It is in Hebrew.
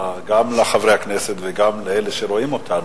גם לחברי הכנסת וגם לאלה שרואים אותנו,